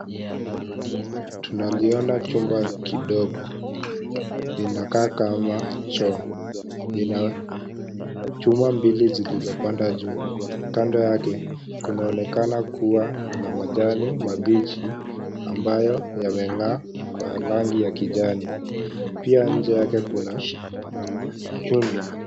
Tunaliona jumba kidogo, inakaa kama choo, lina chuma mbili zilizoanda juu. Kando yake kunaonekana kuwa na majani mapiji ambayo yameng'aa kwa rangi ya kijani, pia nje yake kuna nyundo.